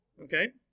Okay